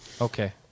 Okay